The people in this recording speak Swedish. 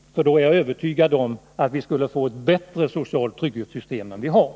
Jag är övertygad om att vi då skulle få ett bättre socialt trygghetssystem än det vi har.